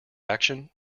action